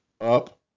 up